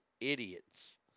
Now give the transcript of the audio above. idiots